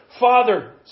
Father